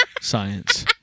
Science